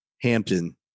Hampton